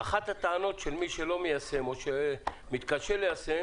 אחת הטענות של מי שלא מיישם או שמתקשה ליישם